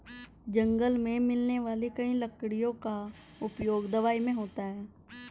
जंगल मे मिलने वाली कई लकड़ियों का उपयोग दवाई मे होता है